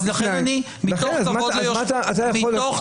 לכן מתוך